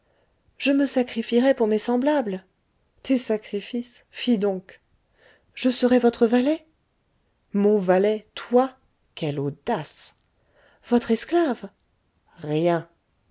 je me sacrifierai pour mes semblables tes sacrifices fi donc je serai votre valet mon valet toi quelle audace votre esclave rien